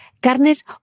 carnes